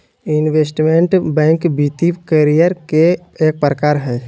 investment banker वित्तीय career के एक प्रकार हय